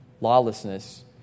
Lawlessness